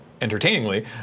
entertainingly